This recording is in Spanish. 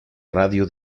radio